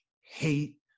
hate